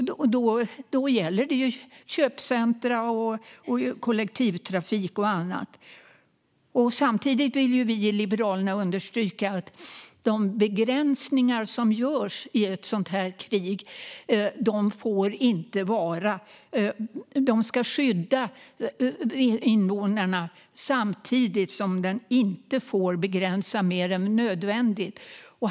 Det gäller köpcentrum, kollektivtrafik och annat. Samtidigt vill vi i Liberalerna understryka att de begränsningar som görs i ett sådant här krig ska skydda invånarna samtidigt som de inte får begränsa mer än nödvändigt.